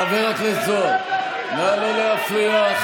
חבר הכנסת זוהר, נא לא להפריע.